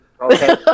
Okay